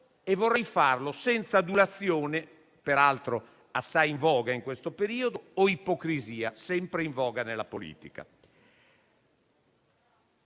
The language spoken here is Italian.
Vorrei farlo senza adulazione, peraltro assai in voga in questo periodo, e senza ipocrisia, sempre in voga nella politica.